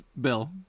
bill